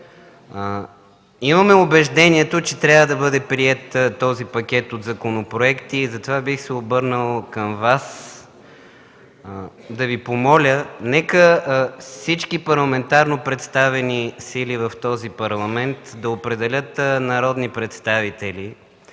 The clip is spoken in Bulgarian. Имаме убеждението, че трябва да бъде приет този пакет от законопроекти и затова бих се обърнал към Вас да Ви помоля: нека всички парламентарно представени сили в този парламент да определят народни представители,